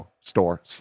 Store